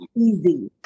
easy